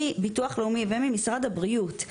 מביטוח לאומי וממשרד הבריאות.